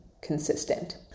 consistent